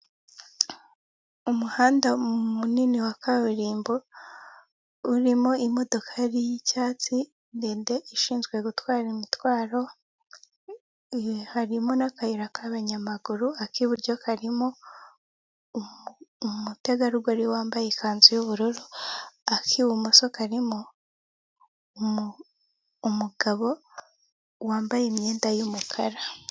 Umuhanda munini wa kaburimbo, urimo imodokari y'icyatsi ndende ishinzwe gutwara imitwaro, harimo n'akayira k'abanyamaguru, ak'iburyo karimo umutegarugori wambaye ikanzu yubururu, ak'ibumoso karimo umugabo wambaye imyenda y'umukara.